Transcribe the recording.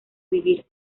vivir